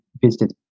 visited